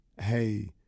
hey